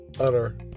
utter